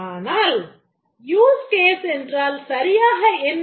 ஆனால் use case என்றால் சரியாக என்ன